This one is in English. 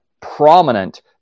prominent